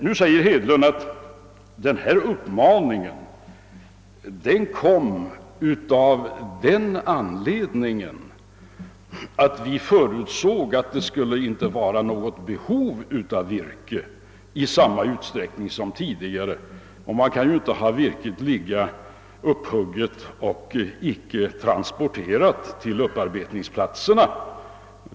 Nu säger herr Hedlund att denna uppmaning tillkom av den anledningen att man förutsåg att det inte skulle behövas virke i samma utsträckning som tidigare — man kan ju inte låta virket ligga upphugget utan att transportera det till upparbetningsplatserna.